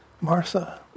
Martha